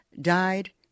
died